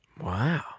Wow